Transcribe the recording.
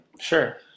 Sure